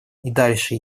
дальше